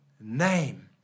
name